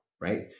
right